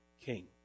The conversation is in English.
king